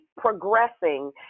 progressing